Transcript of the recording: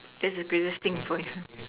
that's the previous thing for you